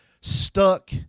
stuck